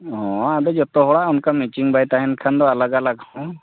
ᱦᱮᱸ ᱟᱫᱚ ᱡᱚᱛᱚ ᱦᱚᱲᱟᱜ ᱚᱱᱠᱟ ᱢᱮᱪᱤᱝ ᱵᱟᱭ ᱛᱟᱦᱮᱱ ᱠᱷᱟᱱ ᱫᱚ ᱟᱞᱟᱜᱽ ᱟᱞᱟᱜᱽ ᱦᱚᱸ